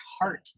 heart